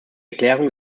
erklärung